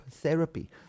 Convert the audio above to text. therapy